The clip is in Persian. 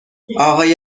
آقای